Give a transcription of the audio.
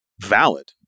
valid